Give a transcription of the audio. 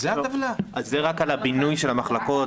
זה רק על הבינוי של המחלקות.